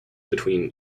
between